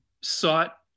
sought